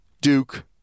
Duke